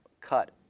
cut